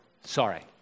sorry